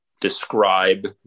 describe